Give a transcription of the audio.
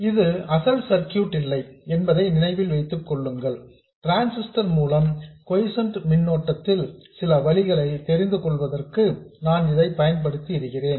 இது அசல் சர்க்யூட் ல் இல்லை என்பதை நினைவில் கொள்ளுங்கள் டிரான்ஸிஸ்டர் மூலம் கொய்சென்ட் மின்னோட்டத்திற்கு சில வழிகளை தெரிந்து கொள்வதற்கு நான் இதை பயன்படுத்தி இருக்கிறேன்